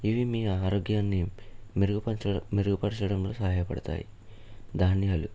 ఇవి మీ ఆరోగ్యాన్ని మెరుగుపరచ మెరుగుపరచడంలో సహాయపడతాయి ధాన్యాలు